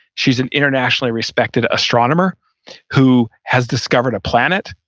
she's an internationally respected astronomer who has discovered a planet,